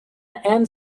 and